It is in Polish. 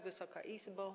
Wysoka Izbo!